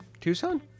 Tucson